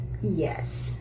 Yes